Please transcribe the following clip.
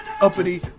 uppity